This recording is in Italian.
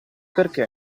perché